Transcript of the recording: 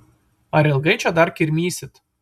ar ilgai čia dar kirmysit